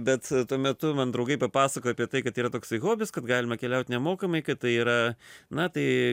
bet tuo metu man draugai papasakojo apie tai kad yra toksai hobis kad galima keliaut nemokamai kad tai yra na tai